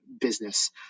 business